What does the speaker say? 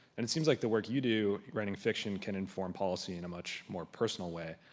and it seems like the work you do, writing fiction can inform policy in a much more personal way.